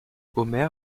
omer